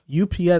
UPS